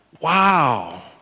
Wow